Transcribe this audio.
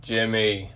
Jimmy